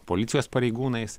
policijos pareigūnais